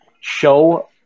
show